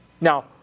Now